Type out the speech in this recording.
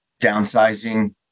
downsizing